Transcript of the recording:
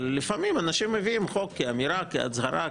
אבל לפעמים אנשים מביאים חוק כאמירה, כהצהרה.